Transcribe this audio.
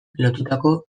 lotutako